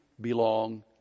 belong